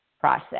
process